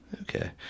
Okay